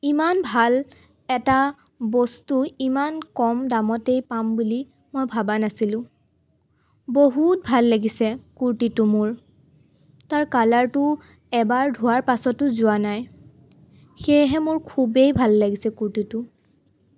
ইমান ভাল এটা বস্তু ইমান কম দামতেই পাম বুলি মই ভবা নাছিলোঁ বহুত ভাল লাগিছে কুৰ্তীটো মোৰ তাৰ কালাৰটো এবাৰ ধোৱাৰ পাছতো যোৱা নাই সেইয়েহে মোৰ খুবেই ভাল লাগিছে কুৰ্তীটো